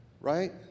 right